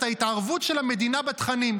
את התערבות המדינה בתכנים.